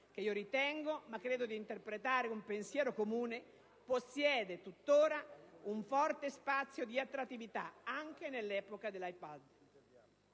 che io ritengo, ma credo di interpretare un pensiero comune, possieda un forte spazio di attrattività anche nell'epoca dell'i. Pod.